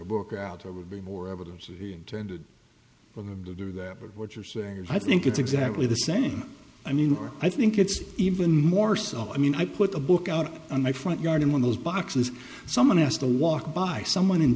a book out there would be more evidence that he intended to do that but what you're saying is i think it's exactly the same i mean or i think it's even more so i mean i put a book out on my front yard and when those boxes someone has to walk by someone in